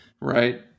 Right